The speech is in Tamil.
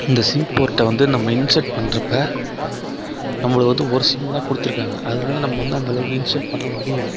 இந்த சிம் போர்ட்டை வந்து நம்ப இன்செர்ட் பண்றப்போ நம்பளுக்கு வந்து ஒரு சிம் தான் கொடுத்துருக்காங்க அதனால நம்ப வந்து அந்த அளவுக்கு இன்செர்ட் பண்ண முடியலை